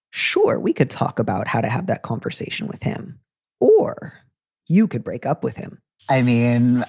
sure, we could talk about how to have that conversation with him or you could break up with him i mean,